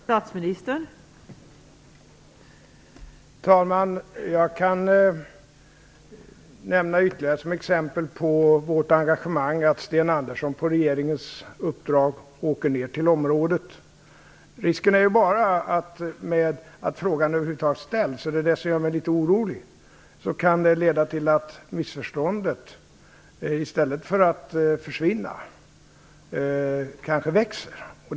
Fru talman! Jag kan som ytterligare exempel på vårt engagemang nämna att Sten Andersson på regeringens uppdrag åker ned till området. Risken är väl bara detta att frågan över huvud taget ställs. Det är det som gör mig litet orolig. Det kan leda till att missförståndet kanske växer i stället för att försvinna.